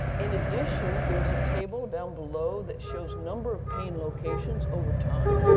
in addition, there's a table down below that shows number of pain locations over time,